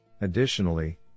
Additionally